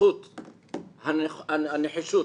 בזכות הנחישות,